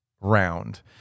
round